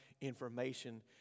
information